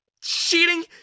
cheating